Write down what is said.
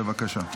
בבקשה.